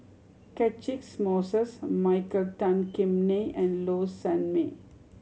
Catchick Moses Michael Tan Kim Nei and Low Sanmay